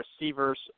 receivers